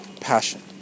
passion